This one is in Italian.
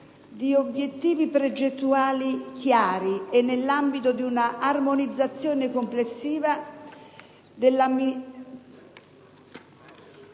di obiettivi progettuali chiari e nell'ambito di un'armonizzazione complessiva dell'azione